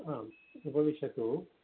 आम् उपविशतु